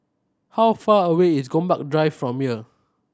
how far away is Gombak Drive from here